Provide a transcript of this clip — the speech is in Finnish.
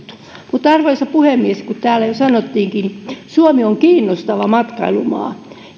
arvoisa puhemies kuten täällä jo sanottiinkin suomi on kiinnostava matkailumaa